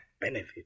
benefit